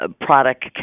product